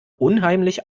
unheimlich